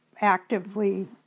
actively